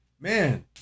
Man